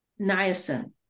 niacin